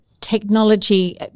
technology